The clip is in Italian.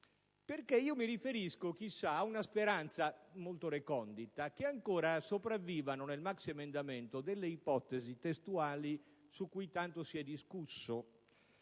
perché mi riferisco - chissà - ad una speranza, molto recondita: ossia, che ancora sopravvivano nel maxiemendamento ipotesi testuali su cui tanto si è discusso